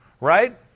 right